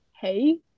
Hey